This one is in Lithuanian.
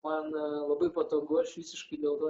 man labai patogu aš visiškai dėl to